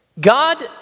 God